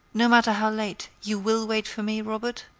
no matter how late you will wait for me, robert?